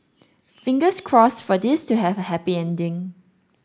fingers crossed for this to have a happy ending